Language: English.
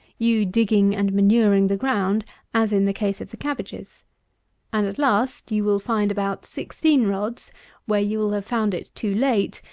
you digging and manuring the ground as in the case of the cabbages and, at last, you will find about sixteen rods where you will have found it too late,